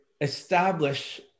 Establish